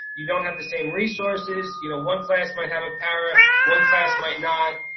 you don't have the same resources. you know one class might have a para one class might not.